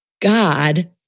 God